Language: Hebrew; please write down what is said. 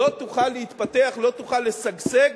לא תוכל להתפתח, לא תוכל לשגשג,